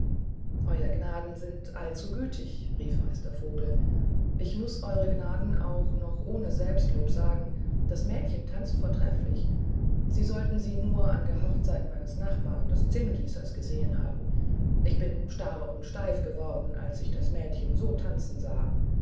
eure gnaden sind allzugütig rief meister vogel ich muß eure gnaden auch noch ohne selbstlob sagen das mädchen tanzt vortrefflich sie sollten sie nur an der hochzeit meines nachbars des zinngießers gesehen haben ich bin starr und steif geworden als ich das mädchen so tanzen sah